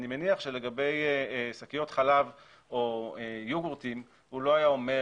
אני מניח שלגבי שקיות חלב או יוגורט הוא לא היה אומר